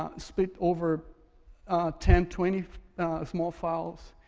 ah split over ten, twenty small files,